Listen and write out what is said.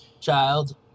child